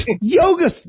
yoga